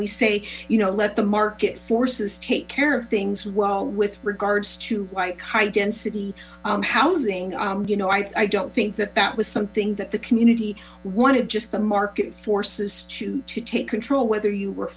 we say you know let the market forces take care of things well with regards to why high density housing you know i don't think that that was something that the community wanted just the market forces to to take control whether you w